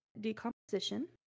decomposition